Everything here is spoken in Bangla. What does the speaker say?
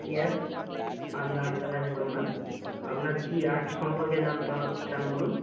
ইয়েস আমি আর্ট গ্যালারির ওনার আপনার কি আর্ট সম্পর্কে জানতে চান বলুন